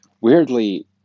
Weirdly